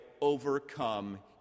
overcome